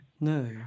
No